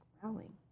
growling